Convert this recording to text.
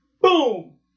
Boom